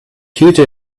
huge